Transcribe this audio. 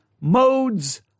modes